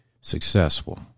Successful